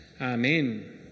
Amen